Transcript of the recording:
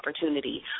opportunity